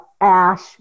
ash